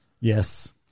Yes